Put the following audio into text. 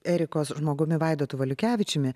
erikos žmogumi vaidotu valiukevičiumi